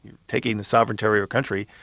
taking this sovereign area or country',